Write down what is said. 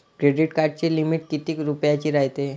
Credit कार्डाची limit कितीक रुपयाची रायते?